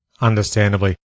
Understandably